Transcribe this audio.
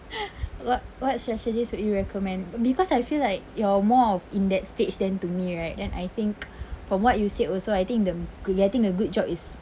what what strategies would you recommend because I feel like you're more of in that stage than to me right and I think from what you said also I think the getting a good job is